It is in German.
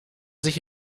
sich